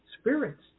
spirits